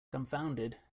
dumbfounded